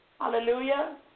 Hallelujah